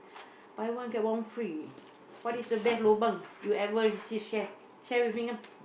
buy one get one free what is the best lobang you ever receive share share with me come